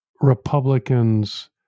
Republicans